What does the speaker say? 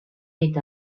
est